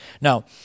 Now